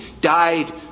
Died